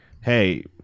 hey